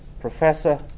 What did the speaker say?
professor